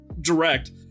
direct